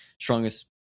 strongest